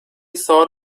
thought